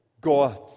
God